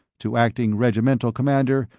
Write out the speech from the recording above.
to acting regimental commander,